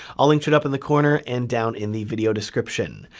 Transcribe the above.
i'll link to it up in the corner and down in the video description.